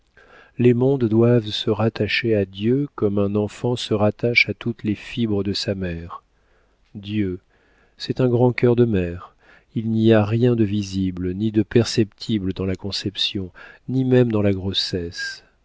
les mondes doivent se rattacher à dieu comme un enfant se rattache à toutes les fibres de sa mère dieu c'est un grand cœur de mère il n'y a rien de visible ni de perceptible dans la conception ni même dans la grossesse